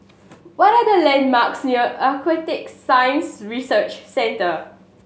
what are the landmarks near Aquatic Science Research Centre